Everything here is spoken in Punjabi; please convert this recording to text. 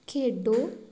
ਖੇਡੋ